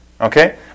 Okay